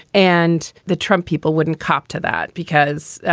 and the trump people wouldn't cop to that because.